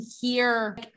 hear